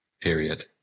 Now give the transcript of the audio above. period